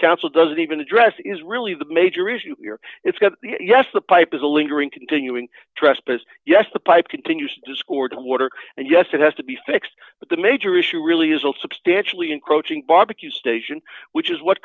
council doesn't even address is really the major issue here it's got yes the pipe is a lingering continuing trespass yes the pipe continues discord and water and yes it has to be fixed but the major issue really is a substantially encroaching barbecue station which is what